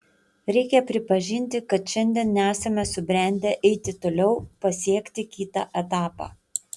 reikia pripažinti kad šiandien nesame subrendę eiti toliau pasiekti kitą etapą